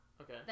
Okay